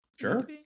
sure